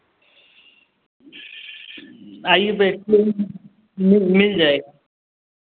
आईए बैठिए मेम मिल जाएगा